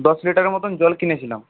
দশ লিটারের মতন জল কিনেছিলাম